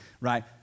right